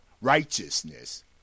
righteousness